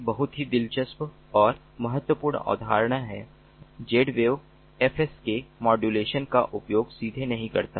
एक बहुत ही दिलचस्प और महत्वपूर्ण अवधारणा है Zwave FSK मॉड्यूलेशन का उपयोग सीधे नहीं करता है